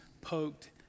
poked